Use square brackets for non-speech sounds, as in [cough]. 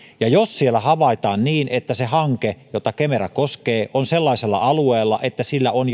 niin jos siellä havaitaan että se hanke jota kemera koskee on sellaisella alueella että siellä on [unintelligible]